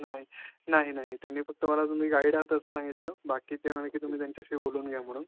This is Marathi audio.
नाही नाही नाही त्यांनी फक्त मला तुम्ही गाईड आहात असं सांगितलं बाकी ते म्हणे की तुम्ही त्यांच्याशी बोलून घ्या म्हणून